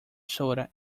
soda